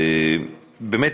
באמת,